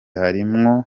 harimwo